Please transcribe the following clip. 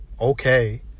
okay